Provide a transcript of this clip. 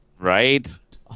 right